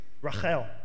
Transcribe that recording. Rachel